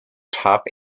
top